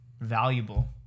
Valuable